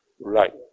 Right